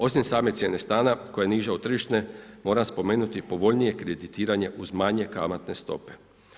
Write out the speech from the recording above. Osim same cijene stana koja je niža od tržišne moram spomenuti povoljnije kreditiranje uz manje kamatne stope.